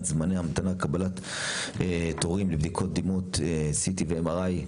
זמני ההמתנה קבלת תורים לבדיקות דימות (CT ו-MRI).